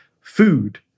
food